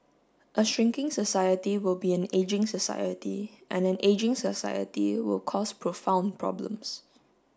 a shrinking society will be an ageing society and an ageing society will cause profound problems